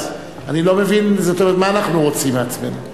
אז אני לא מבין מה אנחנו רוצים מעצמנו.